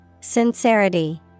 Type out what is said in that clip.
Sincerity